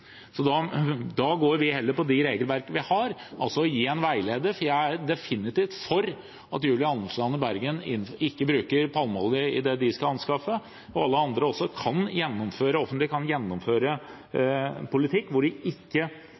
Da går vi heller på det regelverket vi har, altså å gi en veileder. Jeg er definitivt for at Julie Andersland og Bergen ikke bruker palmeolje i det de skal anskaffe. Alle andre i det offentlige kan også gjennomføre politikk hvor de ikke